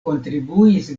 kontribuis